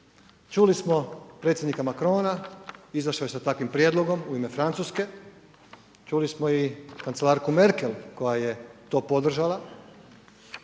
Čuli smo predsjednika Macrona, izašao je sa takvim prijedlogom u ime Francuske, čuli smo i kancelarku Merkel koja je to podržala,